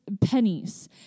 pennies